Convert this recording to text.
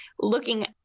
looking